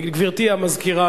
גברתי המזכירה,